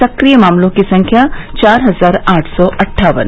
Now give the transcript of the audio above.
सक्रिय मामलों की संख्या चार हजार आठ सौ अट्ठावन